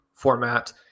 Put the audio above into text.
format